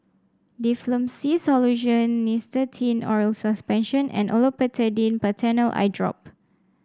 Difflam C Solution Nystatin Oral Suspension and Olopatadine Patanol Eyedrop